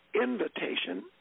invitation